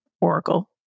Oracle